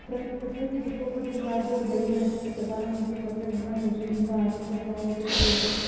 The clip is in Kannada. ಪ್ರಕೃತಿ ವಿಕೋಪದಿಂದಾಗೋ ಬೆಳಿ ನಾಶಕ್ಕ ಪ್ರಧಾನ ಮಂತ್ರಿ ಫಸಲ್ ಬಿಮಾ ಯೋಜನೆಯಿಂದ ಆರ್ಥಿಕ ಸಹಾಯ ಸಿಗತೇತಿ